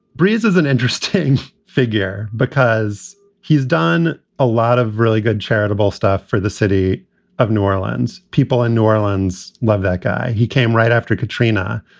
brees is an interesting figure because he's done a lot of really good charitable stuff for the city of new orleans. people in new orleans love that guy. he came right after katrina.